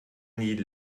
nie